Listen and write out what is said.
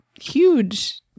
huge